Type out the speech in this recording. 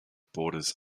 borders